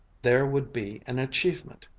there would be an achievement!